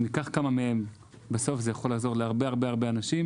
אם ניקח כמה מהם בסוף זה יכול לעזור להרבה הרבה אנשים.